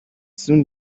soon